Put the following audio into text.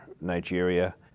Nigeria